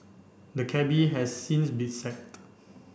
the cabby has since been sacked